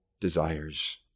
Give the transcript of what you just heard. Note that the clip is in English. desires